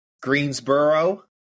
greensboro